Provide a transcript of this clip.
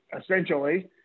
essentially